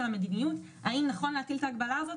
אתם מפקיעים מידיי כל פיקוח פרלמנטרי לגבי ההגדרה הזאת